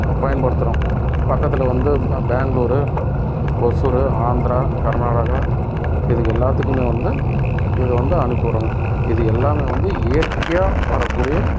பயன்படுத்துகிறோம் பக்கத்தில் வந்து பெங்களூர் ஓசூர் ஆந்திரா கர்நாடகா இதுக்கு எல்லாத்துக்குமே வந்து இதை வந்து அனுப்பி விடுறோம்ங்க இது எல்லாமே வந்து இயற்கையாக வர கூடிய